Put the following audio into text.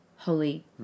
Holy